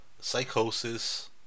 Psychosis